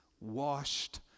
washed